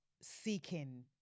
seeking